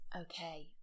Okay